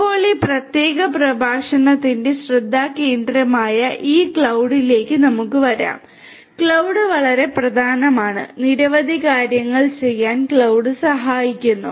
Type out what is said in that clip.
ഇപ്പോൾ ഈ പ്രത്യേക പ്രഭാഷണത്തിന്റെ ശ്രദ്ധാകേന്ദ്രമായ ഈ ക്ലൌഡ്ലേക്ക് നമുക്ക് വരാം ക്ലൌഡ് വളരെ പ്രധാനമാണ് നിരവധി കാര്യങ്ങൾ ചെയ്യാൻ ക്ലൌഡ് സഹായിക്കുന്നു